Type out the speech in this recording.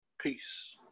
Peace